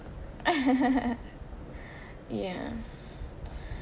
ya